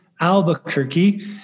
Albuquerque